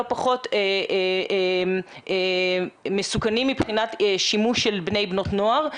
פחות מסוכנים מבחינת שימוש של בני ובנות נוער,